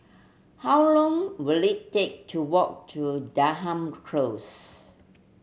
how long will it take to walk to Denham Close